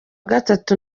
gatatu